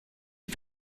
est